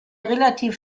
relativ